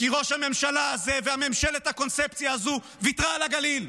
כי ראש הממשלה הזה וממשלת הקונספציה הזו ויתרה על הגליל,